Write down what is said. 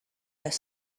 their